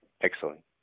Excellent